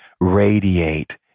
radiate